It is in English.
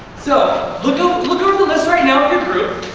so you know look over the list right now with your group,